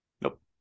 Nope